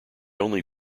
only